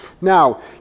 Now